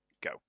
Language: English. Go